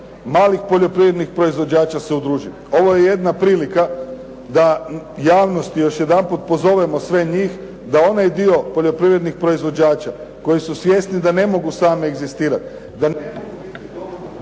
malih poljoprivrednih proizvođača se udruži. Ovo je jedna prilika da u javnosti još jedanput pozovemo sve njih da onaj dio poljoprivrednih proizvođača koji su svjesni da ne mogu sami egzistirati,